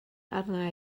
arna